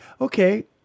okay